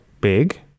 big